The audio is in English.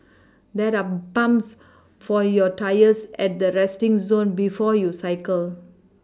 there are pumps for your tyres at the resting zone before you cycle